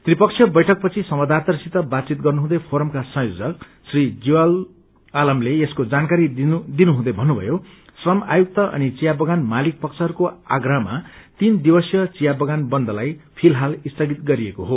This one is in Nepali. त्रिपक्षीय बैठकपछि संवाददाताहसंसित बातथित गर्नुहुँदै फोरमक्रा संयोजक श्री जियाउल आलमले यसको जानकारी दिनुहुँदै भन्नुषयो श्रम आयुक्त अनि चिया बगान मालिक पक्षहरूको आप्रहमा तीन दिवसीय चिया बगान बन्दलाई अहिलेषरि स्थगित गरिएको हो